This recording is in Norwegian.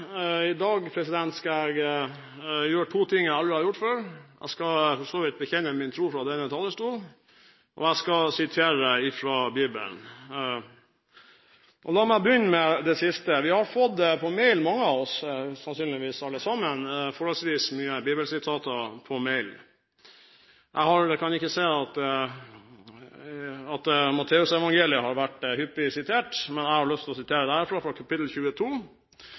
I dag skal jeg gjøre to ting jeg aldri har gjort før. Jeg skal for så vidt bekjenne min tro fra denne talerstolen, og jeg skal sitere fra Bibelen. Da må jeg begynne med det siste. Mange av oss – sannsynligvis alle sammen – har fått forholdsvis mange bibelsitater på mail. Jeg kan ikke se at Matteusevangeliet har vært hyppig sitert, men jeg har lyst til å sitere derfra, fra kapittel 22.